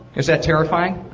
is that terrifying?